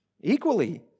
equally